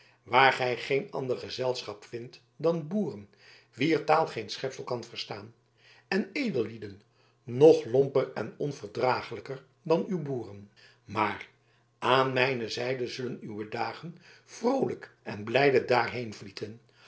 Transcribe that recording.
waar gij geen ander gezelschap vindt dan boeren wier taal geen schepsel kan verstaan en edellieden nog lomper en onverdraaglijker dan uw boeren maar aan mijne zijde zullen uwe dagen vroolijk en blijde daarheen vlieten